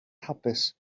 hapus